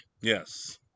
yes